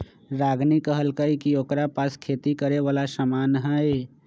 रागिनी कहलकई कि ओकरा पास खेती करे वाला समान हई